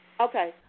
Okay